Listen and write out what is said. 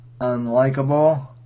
unlikable